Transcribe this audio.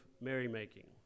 merrymaking